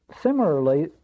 similarly